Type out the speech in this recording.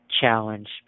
challenge